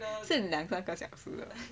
是两三个小时